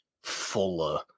Fuller